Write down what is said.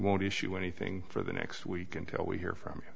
won't issue anything for the next week until we hear from